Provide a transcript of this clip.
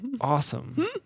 awesome